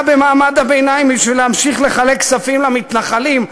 במעמד הביניים בשביל להמשיך לחלק כספים למתנחלים,